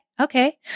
okay